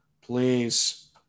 Please